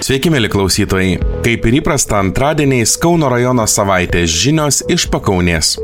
sveiki mieli klausytojai kaip ir įprasta antradieniais kauno rajono savaitės žinios iš pakaunės